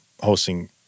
hosting